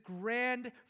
grand